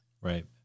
Right